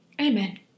Amen